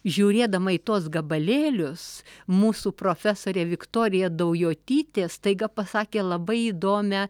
žiūrėdama į tuos gabalėlius mūsų profesorė viktorija daujotytė staiga pasakė labai įdomią